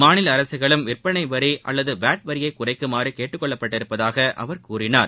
மாநில அரசுகளும் விற்பனை வரி அல்லது வாட் வரியை குறைக்குமாறு கேட்டுக் கொள்ளப்பட்டுள்ளதாக அவர் கூறினார்